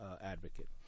advocate